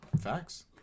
Facts